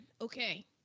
okay